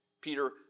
Peter